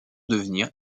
devenir